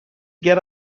get